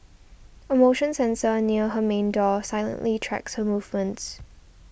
a motion sensor near her main door silently tracks her movements